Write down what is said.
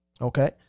Okay